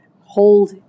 hold